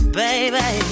baby